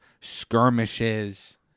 skirmishes